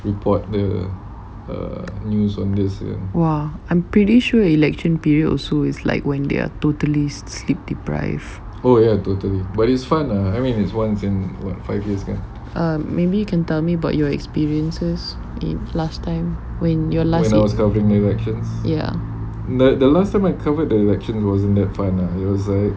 !wah! I'm pretty sure election period also is like when they're totally sleep deprive um maybe you can tell me about your experiences in last time when your lifestyle